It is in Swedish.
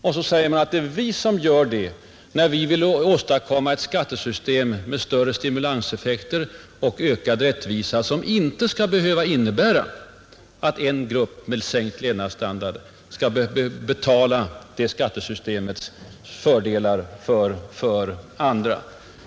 Man påstår att vi bedriver konfrontationspolitik, när vi vill åstadkomma ett skattesystem med större stimulanseffekter och ökad rättvisa, ett system som inte skulle behöva innebära att en grupp med sänkt levnadsstandard skall betala det skattesystemets fördelar för andra.